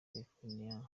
california